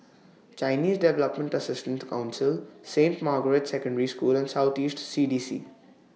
Chinese Development Assistance Council Saint Margaret's Secondary School and South East C D C